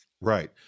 Right